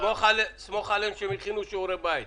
סמוך עליהם שהם הכינו שיעורי בית.